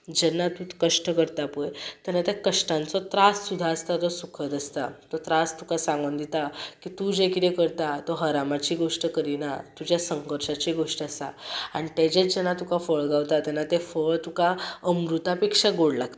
जेन्ना तूं कश्ट करता पळय तेन्ना त्या कश्टांचो त्रास सुद्दां आसता तो सुखद आसता तो त्रास तुका सांगून दिता की तूं जें किदें करता तो हरामाची गोश्ट करिना तुज्या संघर्शाची गोश्ट आसा आनी ताजें जेन्ना तुका फळ गावता तेन्ना तें फळ तुका अमृता पेक्षा गोड लागता